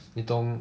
你懂